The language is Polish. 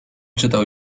czytał